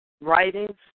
writings